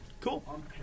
Cool